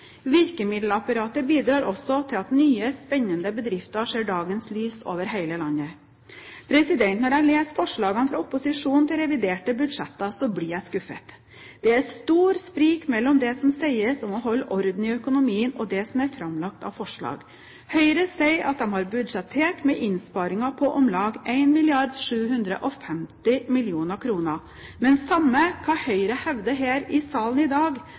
Virkemiddelapparatet bidrar også til at nye, spennende bedrifter ser dagens lys over hele landet. Når jeg leser forslagene fra opposisjonen til reviderte budsjetter, blir jeg skuffet. Det er stor sprik mellom det som sies om å holde orden i økonomien, og det som er framlagt av forslag. Høyre sier at de har budsjettert med innsparinger på om lag 1,750 mrd. kr, men samme hva Høyre hevder her i salen i dag,